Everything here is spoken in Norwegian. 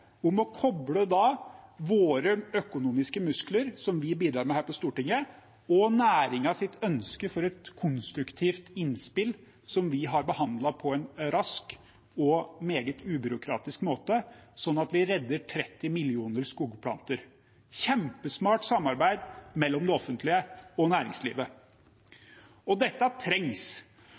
om å koble våre økonomiske muskler, som vi bidrar med her på Stortinget, og næringens ønske om et konstruktivt innspill, som vi har behandlet på en rask og meget ubyråkratisk måte, sånn at vi redder 30 mill. skogplanter. Det er et kjempesmart samarbeid mellom det offentlige og næringslivet. Dette trengs,